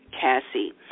Cassie